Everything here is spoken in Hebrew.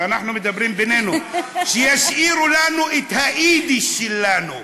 ואנחנו מדברים בינינו: שישאירו לנו את היידיש שלנו.